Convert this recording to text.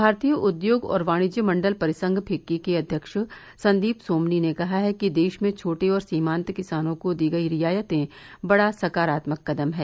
भारतीय उद्योग और वाणिज्य मंडल परिसंघ फिक्की के अध्यक्ष संदीप सोमनी ने कहा है कि देश में छोटे और सीमान्त किसानों को दी गई रियायतें बड़ा सकारात्मक कदम है